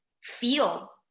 feel